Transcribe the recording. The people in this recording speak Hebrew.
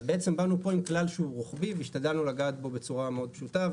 אז בעצם באנו פה עם כלל שהוא רוחבי והשתדלנו לגעת בו בצורה מאוד פשוטה,